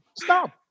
Stop